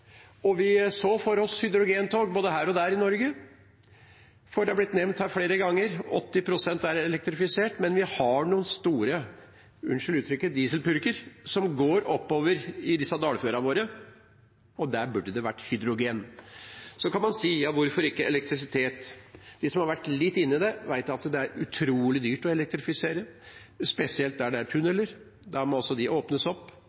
Vi så for oss hydrogentog både her og der i Norge. Det har blitt nevnt her flere ganger: 80 pst. er elektrifisert, men vi har noen store – unnskyld uttrykket – dieselpurker som går oppover i dalførene våre, og der burde det vært hydrogen. Så kan man si: Hvorfor ikke elektrisitet? De som har vært litt inne i det, vet at det er utrolig dyrt å elektrifisere, spesielt der det er tunneler. De må åpnes opp,